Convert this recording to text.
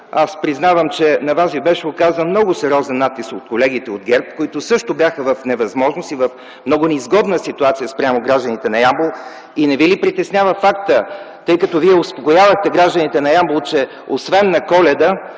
Аз признавам, че на Вас Ви беше оказан много сериозен натиск от колегите от ГЕРБ, които също бяха в невъзможност и в много неизгодна ситуация, спрямо гражданите на Ямбол. Не Ви ли притеснява фактът, тъй като Вие успокоявахте гражданите на Ямбол, че освен на Коледа,